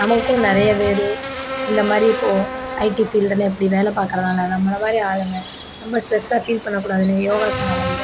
நமக்கும் நிறையப்பேரு இந்தமாதிரி இப்போது ஐடி ஃபீல்டில் இப்படி வேலை பார்க்கறனால நம்மளை மாதிரி ஆளுங்க ரொம்ப ஸ்ட்ரெஸ்ஸாக ஃபீல் பண்ணக்கூடாதுன்னு யோகாசனம் வந்து